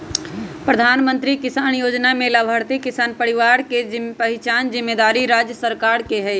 प्रधानमंत्री किसान जोजना में लाभार्थी किसान परिवार के पहिचान जिम्मेदारी राज्य सरकार के हइ